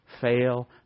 fail